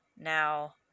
Now